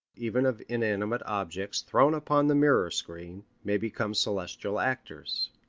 even of inanimate objects thrown upon the mirror-screen, may become celestial actors.